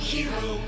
Hero